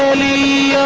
me